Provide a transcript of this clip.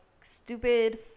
stupid